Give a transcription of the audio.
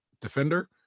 defender